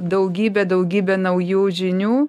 daugybė daugybė naujų žinių